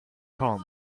come